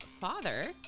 father